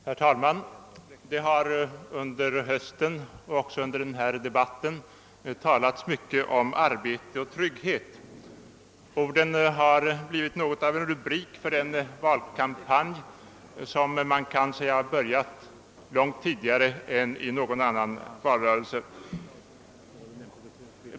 Herr talman! Det har under hösten och även i den här debatten talats mycket om arbete och trygghet. Orden har blivit något av en rubrik för den valkampanj som redan kan sägas ha påbörjats, långt tidigare än i någon annan valrörelse.